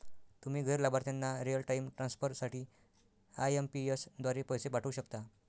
तुम्ही गैर लाभार्थ्यांना रिअल टाइम ट्रान्सफर साठी आई.एम.पी.एस द्वारे पैसे पाठवू शकता